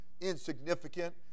insignificant